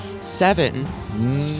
seven